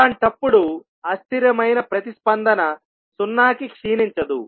అలాంటప్పుడు అస్థిరమైన ప్రతిస్పందన సున్నాకి క్షీణించదు